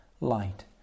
light